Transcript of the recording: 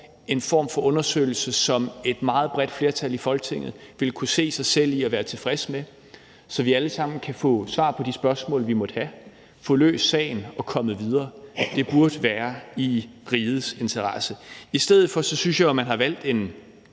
en form for undersøgelse, som et meget bredt flertal i Folketinget ville kunne se sig selv i og være tilfreds med, nu, så vi alle sammen kan få svar på de spørgsmål, vi måtte have, få løst sagen og komme videre? Det burde være i rigets interesse. I stedet for synes jeg jo, at man har valgt en